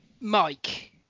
Mike